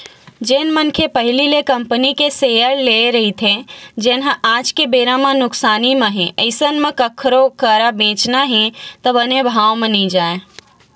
जेन मनखे पहिली ले कंपनी के सेयर लेए रहिथे जेनहा आज के बेरा म नुकसानी म हे अइसन म कखरो करा बेंचना हे त बने भाव म जावय नइ